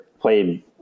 played